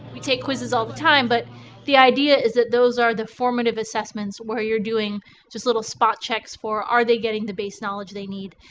we take quizzes all the time, but the idea is that those are the formative assessments where you're doing just little spot checks for, are they getting the base knowledge that they need?